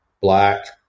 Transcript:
Black